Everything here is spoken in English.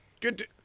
Good